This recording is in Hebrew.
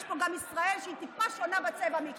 פה גם ישראל שהיא טיפה שונה מכם בצבע.